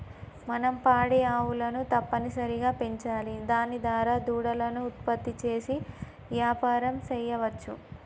మనం పాడి ఆవులను తప్పనిసరిగా పెంచాలి దాని దారా దూడలను ఉత్పత్తి చేసి యాపారం సెయ్యవచ్చు